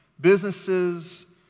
Businesses